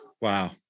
Wow